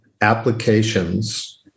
applications